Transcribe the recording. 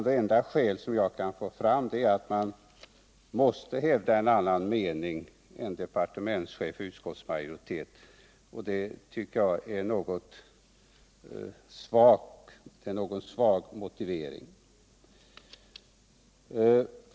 Det enda jag kan få fram är att man måste hävda en annan mening än departementschef och utskottsmajoritet. Det tycker jag är en svag motivering.